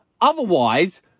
Otherwise